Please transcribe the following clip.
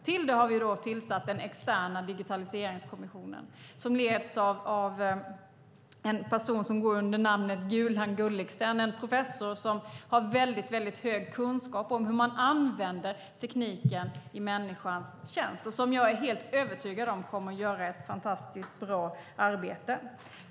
Till det har vi tillsatt den externa Digitaliseringskommissionen, som leds av en person som går under namnet "Gulan" Gulliksen, en professor som har väldigt stor kunskap om hur man använder tekniken i människans tjänst och som jag är helt övertygad om kommer att göra ett fantastiskt bra arbete.